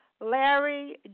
Larry